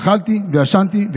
אכלתי וישנתי,